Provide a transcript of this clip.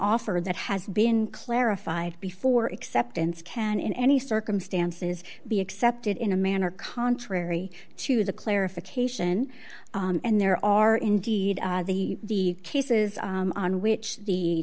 offer that has been clarified before acceptance can in any circumstances be accepted in a manner contrary to the clarification and there are indeed the cases on which the